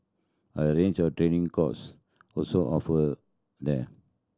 a range of training courses also offered there